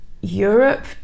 Europe